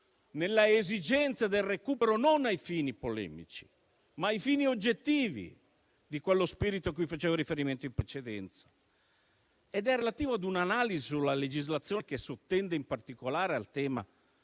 nell'esigenza del recupero non ai fini polemici, ma ai fini oggettivi dello spirito a cui facevo riferimento in precedenza. Essa è relativa a un'analisi sulla legislazione che sottende in particolare il tema